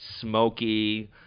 smoky